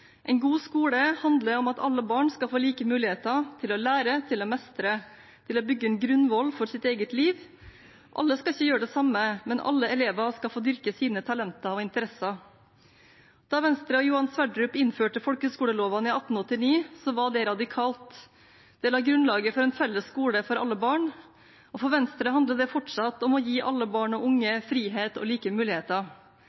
En god skole handler om at alle barn skal få like muligheter til å lære, til å mestre og til å bygge en grunnvoll for sitt eget liv. Alle skal ikke gjøre det samme, men alle elever skal få dyrke sine talenter og interesser. Da Venstre og Johan Sverdrup innførte folkeskoleloven i 1889, var det radikalt. Det la grunnlaget for en felles skole for alle barn. For Venstre handler det fortsatt om å gi alle barn og unge